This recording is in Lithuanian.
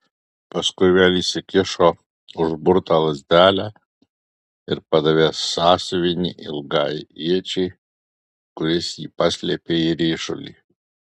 paskui vėl įsikišo užburtą lazdelę ir padavė sąsiuvinį ilgajai iečiai kuris jį paslėpė į ryšulį